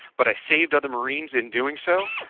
but i saved other marines in doing so,